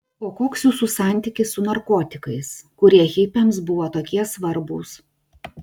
o koks jūsų santykis su narkotikais kurie hipiams buvo tokie svarbūs